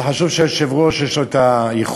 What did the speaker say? זה חשוב שליושב-ראש יש יכולת